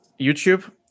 youtube